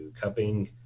cupping